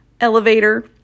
elevator